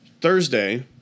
Thursday